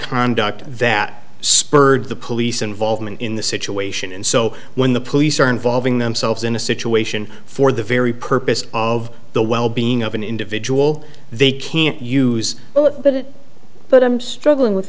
conduct that spurred the police involvement in the situation and so when the police are involving themselves in a situation for the very purpose of the well being of an individual they can't use that but i'm struggling with